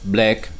Black